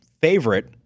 favorite